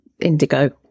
indigo